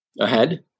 ahead